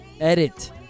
edit